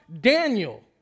Daniel